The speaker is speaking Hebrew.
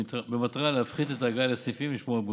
במטרה להפחית את ההגעה אל הסניפים ולשמור על בריאותם.